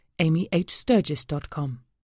amyhsturgis.com